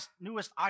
newest